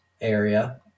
area